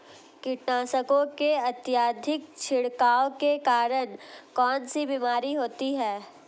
कीटनाशकों के अत्यधिक छिड़काव के कारण कौन सी बीमारी होती है?